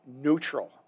neutral